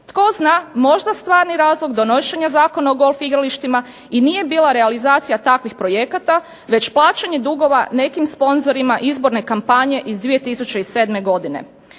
Tko zna možda stvarni razlog donošenja Zakona o golf igralištima nije bila realizacija takvih projekata već plaćanje dugova nekim sponzorima iz izborne kampanje iz 2007. godine.